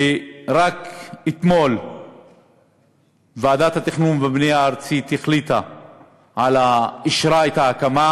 ורק אתמול ועדת התכנון והבנייה הארצית אישרה את ההקמה.